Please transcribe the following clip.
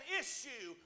issue